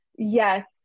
Yes